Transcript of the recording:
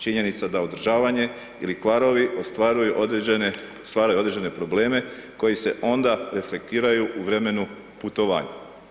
Činjenica da održavanje ili kvarovi stvaraju određene probleme koji se onda reflektiraju u vremenu putovanja.